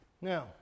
Now